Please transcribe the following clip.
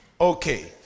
Okay